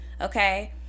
Okay